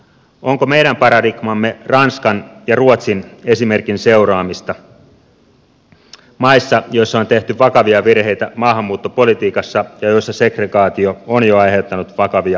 onko meidän paradigmamme ranskan ja ruotsin esimerkin seuraamista maiden joissa on tehty vakavia virheitä maahanmuuttopolitiikassa ja joissa segregaatio on jo aiheuttanut vakavia ongelmia